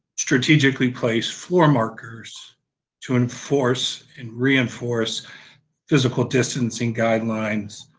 strategically placed floor markers to enforce and reinforce physical distancing guidelines,